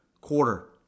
quarter